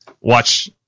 watch